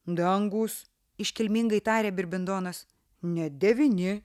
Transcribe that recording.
dangūs iškilmingai tarė birbindonas net devyni